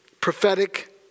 prophetic